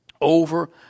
over